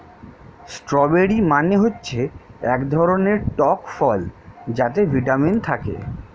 strawberry মানে হচ্ছে এক ধরনের টক ফল যাতে ভিটামিন থাকে